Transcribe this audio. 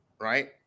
right